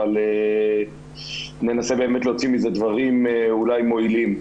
אבל ננסה באמת להוציא מזה דברים אולי מועילים.